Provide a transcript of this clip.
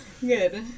Good